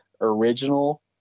original